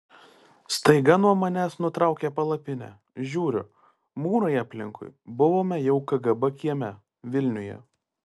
staiga nuo manęs nutraukė palapinę žiūriu mūrai aplinkui buvome jau kgb kieme vilniuje